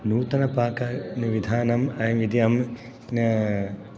नूतनपाकनिविधानं ऐमिद्यं